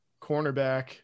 cornerback